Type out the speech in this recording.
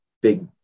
big